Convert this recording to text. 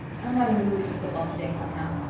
i'm not in the mood for football today somehow.